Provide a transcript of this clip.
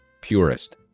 purist